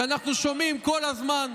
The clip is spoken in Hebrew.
אנחנו שומעים כל הזמן,